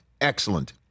excellent